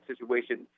situation